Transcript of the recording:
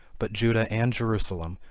but judah and jerusalem,